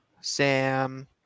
sam